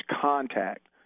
contact